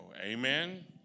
Amen